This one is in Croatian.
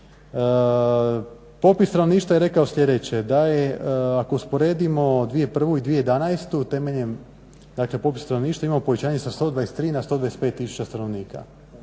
Popis stanovništva je rekao sljedeće da je ako usporedimo 2001.i 2011.temeljem dakle popis stanovništva imamo povećanje sa 123 na 125 tisuća stanovnika